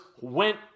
went